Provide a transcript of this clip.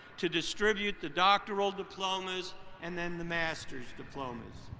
to distribute the doctoral diplomas and then the master's diplomas.